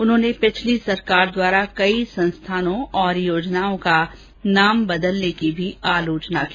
उन्होंने विगत सरकार द्वारा कई संस्थानों और योजनाओं का नाम बदलने की भी आलोचना की